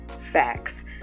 facts